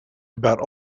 about